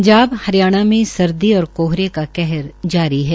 पंजाब हरियाणा में सर्दी और कोहरे का कहर जारी है